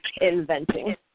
inventing